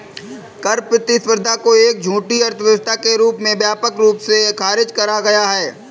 कर प्रतिस्पर्धा को एक झूठी अर्थव्यवस्था के रूप में व्यापक रूप से खारिज करा गया है